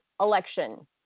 election